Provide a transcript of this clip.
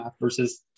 versus